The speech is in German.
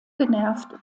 genervt